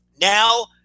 now